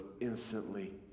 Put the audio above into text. instantly